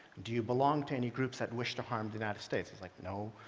do you belong to any groups that wish to harm the united states? i was like, no.